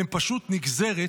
הם פשוט נגזרת